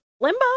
Limbo